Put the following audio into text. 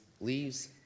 leaves